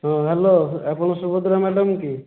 ହଁ ହ୍ୟାଲୋ ଆପଣ ସୁଭଦ୍ରା ମ୍ୟାଡ଼ାମ୍ କି